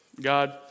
god